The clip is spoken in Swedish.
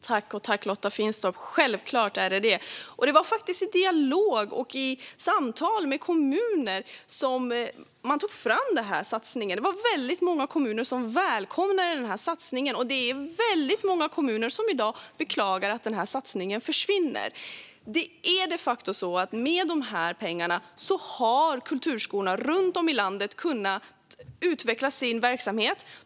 Herr talman! Tack för frågan, Lotta Finstorp! Självklart är det kommunala självstyret viktigt. Det var faktiskt i dialog och samtal med kommuner som man tog fram den här satsningen. Det var många kommuner som välkomnade satsningen, och det är många kommuner som i dag beklagar att den försvinner. Kulturskolan runt om i landet har de facto kunnat utveckla sin verksamhet med hjälp av de här pengarna.